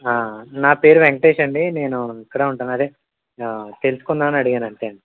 నా పేరు వెంకటేష్ అండి నేను ఇక్కడ ఉంటాను అదే తెలుసుకుందామని అడిగాను అంతే అండి